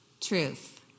truth